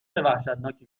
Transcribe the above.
وحشتناکی